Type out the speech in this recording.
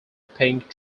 pink